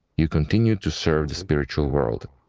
you continue to serve the spiritual world,